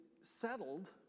settled